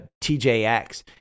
TJX